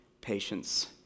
Patience